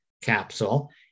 capsule